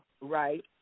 Right